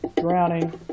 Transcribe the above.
drowning